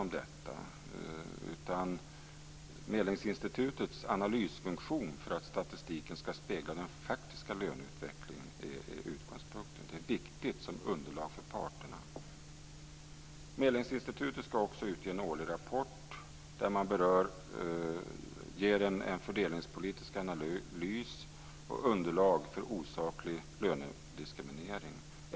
Medlingsinstitutets analysfunktion för att statistiken ska spegla den faktiska löneutvecklingen är utgångspunkten. Det är viktigt som underlag för parterna. Medlingsinstitutet ska också utge en årlig rapport där man ger en fördelningspolitisk analys och underlag för osaklig lönediskriminering.